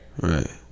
Right